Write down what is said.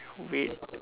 wait